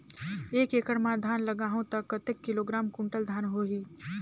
एक एकड़ मां धान लगाहु ता कतेक किलोग्राम कुंटल धान होही?